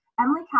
Emily